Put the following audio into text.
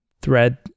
thread